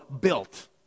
built